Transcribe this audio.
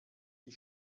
die